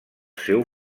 seu